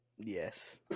yes